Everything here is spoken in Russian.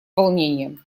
волнением